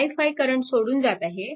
i5 current सोडून जात आहे